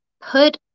put